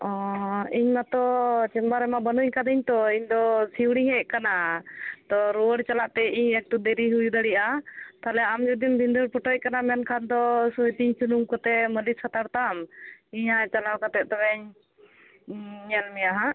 ᱚᱻ ᱤᱧ ᱢᱟᱛᱚ ᱪᱮᱢᱵᱟᱨ ᱨᱮᱢᱟ ᱵᱟᱹᱱᱩᱧ ᱟᱠᱟᱫᱤᱧ ᱛᱚ ᱤᱧᱫᱚ ᱥᱤᱣᱲᱤᱧ ᱦᱮᱡ ᱟᱠᱟᱱᱟ ᱛᱚ ᱨᱩᱣᱟᱹᱲ ᱪᱟᱞᱟᱜᱛᱮ ᱤᱧ ᱮᱠᱴᱩ ᱫᱮᱨᱤ ᱦᱩᱭ ᱫᱟᱲᱮᱭᱟᱜᱼᱟ ᱛᱟᱦᱚᱞᱮ ᱟᱢ ᱡᱩᱫᱤᱢ ᱵᱷᱤᱫᱟᱹᱲ ᱯᱚᱴᱚᱡ ᱟᱠᱟᱱᱟ ᱢᱮᱱ ᱠᱷᱟᱱ ᱫᱚ ᱤᱛᱤᱧ ᱥᱩᱱᱩᱢ ᱠᱚᱛᱮ ᱢᱟᱹᱞᱤᱥ ᱦᱟᱛᱟᱲ ᱛᱟᱢ ᱤᱧ ᱦᱟᱜ ᱪᱟᱞᱟᱣ ᱠᱟᱛᱮᱫ ᱛᱚᱵᱮᱧ ᱧᱮᱞ ᱢᱮᱭᱟ ᱱᱟᱦᱟᱜ